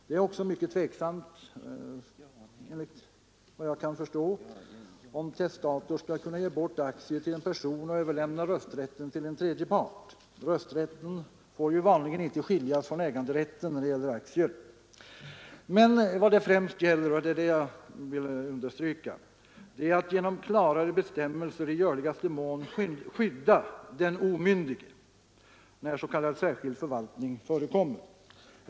Det är också enligt vad jag kan förstå mycket tvivelaktigt om testator skall kunna ge bort aktier till en person och överlämna rösträtten till tredje part. Rösträtt får ju vanligen inte skiljas från äganderätten när det gäller aktier. Men vad det främst gäller — och det är det jag vill understryka — är att genom klarare bestämmelser i görligaste mån skydda den omyndige när s.k. särskild förvaltning förekommer.